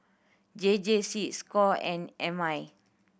J J C score and M I